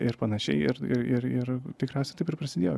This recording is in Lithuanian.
ir panašiai ir ir ir ir tikriausia taip ir prasidėjo